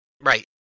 right